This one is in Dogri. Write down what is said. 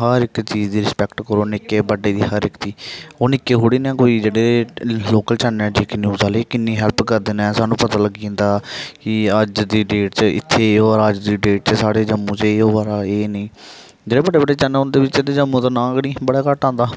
हर इक चीज दी रिस्पेक्ट करो निक्के बड्डे दी हर इक दी ओह् निक्के थोह्ड़े न कोई जेह्ड़े लोकल चैनल जेके न्यूज आह्ले किन्नी हैल्प करदे न सानूं पता लग्गी जंदा कि अज्ज दी डेट च इत्थे एह् होआ दा अज्ज दी डेट च साढ़े जम्मू च एह् होआ दा एह् नेईं जेह्ड़े बड्डे बड्डे चैनल उं'दे बिच्च ते जम्मू दा नांऽ गै नेईं बड़ा घट्ट आंदा